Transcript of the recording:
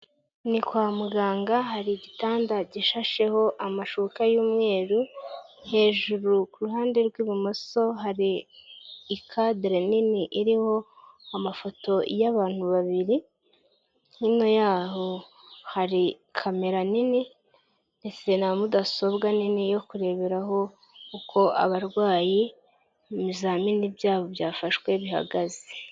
Ni kwa muganga hari igitanda gishasheho amashuka y'umweru, hejuru kuruhande rw'ibumoso hari ikadere nini iriho amafoto y'abantu babiri, hino yaho hari kamera nini ndetse na mudasobwa nini yo kureberaho uko abarwayi ibizamini byabo byafashwe bihagaze.